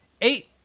eight